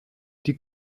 die